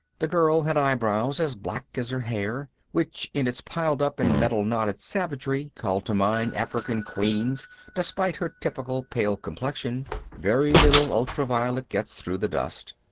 the girl had eyebrows as black as her hair, which in its piled-up and metal-knotted savagery called to mind african queens despite her typical pale complexion very little ultraviolet gets through the dust.